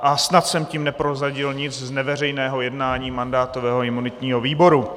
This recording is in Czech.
A snad jsem tím neprozradil nic z neveřejného jednání mandátového a imunitního výboru.